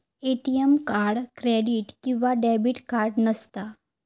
ATM card credit किंवा debit card नसता